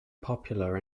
popular